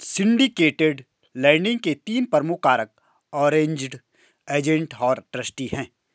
syndicated lending के तीन प्रमुख कारक अरेंज्ड, एजेंट और ट्रस्टी हैं